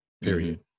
period